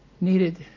needed